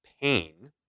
pain